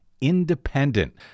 independent